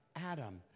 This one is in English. Adam